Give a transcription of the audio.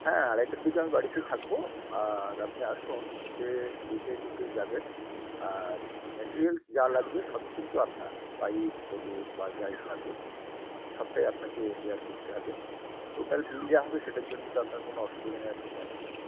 হ্যাঁ আড়াইটের দিকে আমি বাড়িতে থাকব আর আপনি আসুন এসে দেখে টেখে যাবেন আর মেটেরিয়ালস যা লাগবে সবই কিন্তু আপনার পাইপ বলুন বা যাই লাগুক সবটাই আপনাকে বেয়ার করতে হবে টোটাল বিল যা হবে সেটার জন্য তো আপনার কোনো অসুবিধা নেই আপনি জানেন